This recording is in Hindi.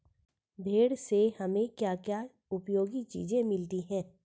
भेड़ से हमें क्या क्या उपयोगी चीजें मिलती हैं?